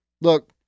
Look